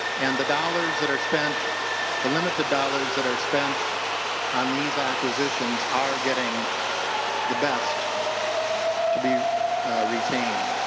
and the dollars that are spent the limited dollars that are spent on these acquisitions are getting the best to be retained.